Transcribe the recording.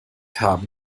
haben